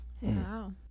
Wow